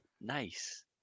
Nice